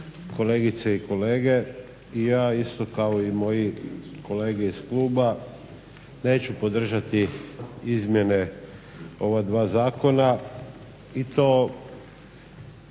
kolegice i kolegice. I ja isto kao i moji kolege iz kluba neću podržati izmjene ova dva zakona. I to